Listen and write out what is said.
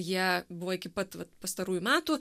jie buvo iki pat vat pastarųjų metų